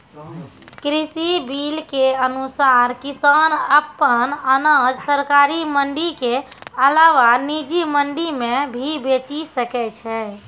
कृषि बिल के अनुसार किसान अप्पन अनाज सरकारी मंडी के अलावा निजी मंडी मे भी बेचि सकै छै